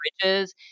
bridges